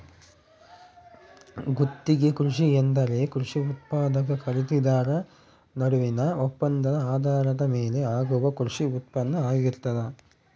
ಗುತ್ತಿಗೆ ಕೃಷಿ ಎಂದರೆ ಕೃಷಿ ಉತ್ಪಾದಕ ಖರೀದಿದಾರ ನಡುವಿನ ಒಪ್ಪಂದದ ಆಧಾರದ ಮೇಲೆ ಆಗುವ ಕೃಷಿ ಉತ್ಪಾನ್ನ ಆಗಿರ್ತದ